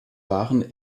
waren